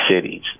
cities